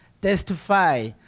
Testify